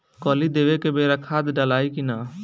कली देवे के बेरा खाद डालाई कि न?